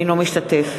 אינו משתתף